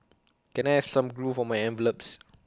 can I have some glue for my envelopes